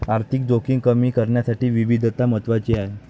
आर्थिक जोखीम कमी करण्यासाठी विविधता महत्वाची आहे